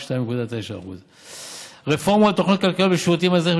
2.9%. רפורמות ותוכניות כלכליות בשירותים האזרחיים,